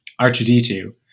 R2D2